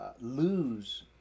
lose